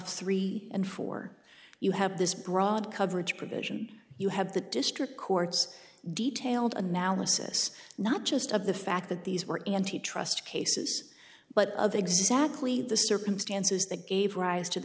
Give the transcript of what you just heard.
three and four you have this broad coverage provision you have the district court's detailed analysis not just of the fact that these were anti trust cases but of the exam plea the circumstances the gave rise to the